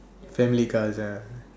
family cars ah